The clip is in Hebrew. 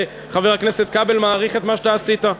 חבר הכנסת כבל, אני מאוד מעריך את מה שאתה עשית.